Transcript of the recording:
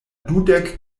dudek